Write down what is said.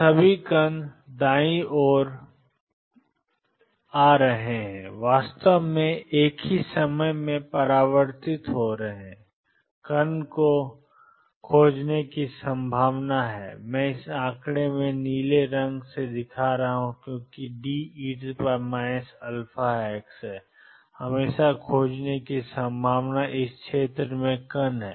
तो सभी कण दाईं ओर आ रहे हैं वास्तव में एक ही समय में परावर्तित हो रहे हैं कण ों को खोजने की संभावना है और मैं इस आंकड़े में इस नीले रंग से दिखा रहा हूं क्योंकि एक De αx हमेशा खोजने की संभावना है इस क्षेत्र में कण